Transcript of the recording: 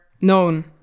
known